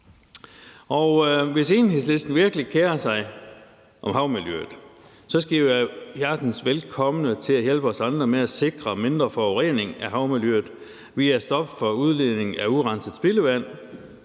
Hvis Enhedslisten virkelig kerer sig om havmiljøet, skal I være hjertens velkomne til at hjælpe os andre med at sikre mindre forurening af havmiljøet ved at stoppe for udledningen af urenset spildevand,